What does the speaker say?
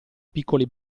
piccoli